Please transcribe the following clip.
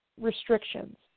restrictions